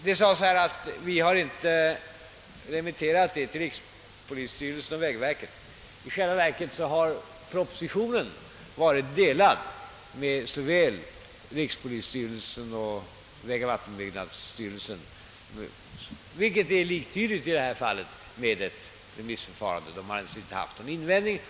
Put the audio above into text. Det har sagts att detta förslag inte har remitterats till rikspolisstyrelsen och vägoch vattenbyggnadsstyrelsen. I själva verket har propositionen delats till båda dessa verk, vilket i detta fall är liktydigt med en remiss. De båda verken har alltså haft möjligheter att framföra sina synpunkter, men de har inte gjort några invändningar.